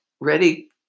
ready